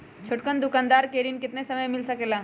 छोटकन दुकानदार के ऋण कितने समय मे मिल सकेला?